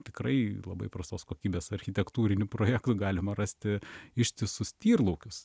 tikrai labai prastos kokybės architektūrinių projektų galima rasti ištisus tyrlaukius